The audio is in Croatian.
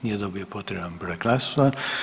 Nije dobio potreban broj glasova.